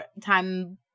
time